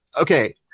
Okay